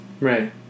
Right